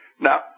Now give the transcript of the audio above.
Now